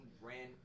ran